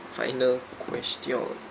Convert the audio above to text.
final question